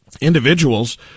individuals